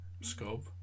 scope